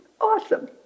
awesome